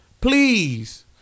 please